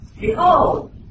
Behold